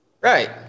Right